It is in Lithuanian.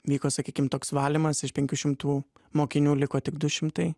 vyko sakykim toks valymas iš penkių šimtų mokinių liko tik du šimtai